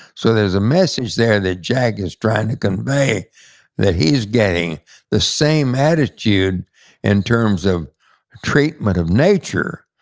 so there's a message there that jack is trying to convey that he is getting the same attitude in terms of treatment of nature.